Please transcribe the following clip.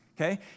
Okay